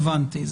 רלוונטי.